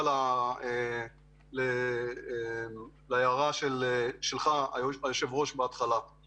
שנוגע להערה של היושב-ראש בתחילת הדיון.